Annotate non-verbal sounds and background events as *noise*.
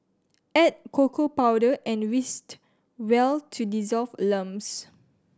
add cocoa powder and *unintelligible* well to dissolve lumps